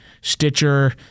Stitcher